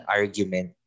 argument